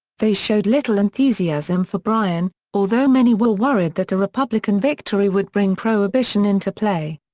they showed little enthusiasm for bryan, although many were worried that a republican victory would bring prohibition into play.